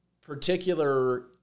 particular